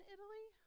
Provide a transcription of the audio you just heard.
Italy